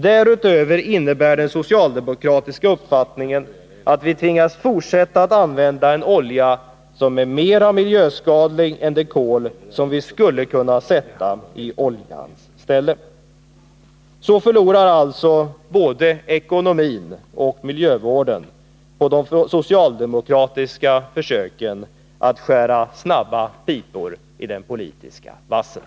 Därutöver innebär den socialdemokratiska uppfattningen att vi tvingas fortsätta använda olja som är mera miljöskadlig än det kol som vi skulle kunna sätta i oljans ställe. Så förlorar alltså både ekonomin och miljövården på de socialdemokratiska försöken att skära snabba pipor i den politiska vassen.